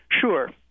Sure